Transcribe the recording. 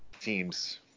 teams